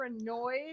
annoyed